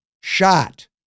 Shot